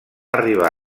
arribar